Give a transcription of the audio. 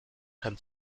kann